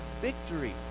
victory